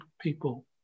people